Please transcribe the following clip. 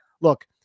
look